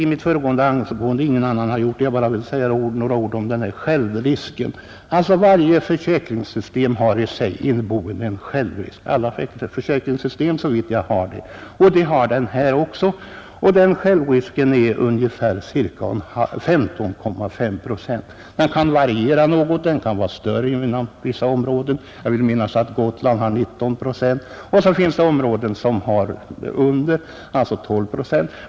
I mitt föregående anförande nämnde jag ingenting om självrisken, och ingen annan har heller sagt någonting om den. Därför vill jag nu säga ett par ord om den. Varje försäkringssystem innehåller som bekant bestämmelser om en viss självrisk. I det system som vi här diskuterar är den risken ca 15,5 procent. Den kan variera något och vara något större inom vissa områden och mindre i andra. Jag vill minnas att den på Gotland är 19 procent. I andra områden är den mindre, ned till 12 procent.